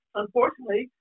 unfortunately